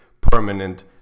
permanent